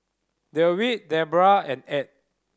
Dewitt Debbra and Add